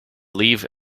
leave